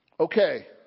Okay